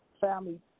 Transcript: family